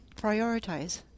prioritize